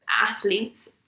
athletes